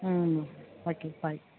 ம் ஓகே பாய்